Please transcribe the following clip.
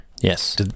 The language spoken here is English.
Yes